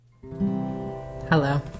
Hello